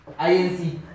INC